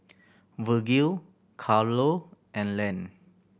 Virgil Carlo and Len